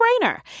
no-brainer